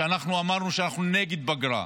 אנחנו אמרנו שאנחנו נגד פגרה,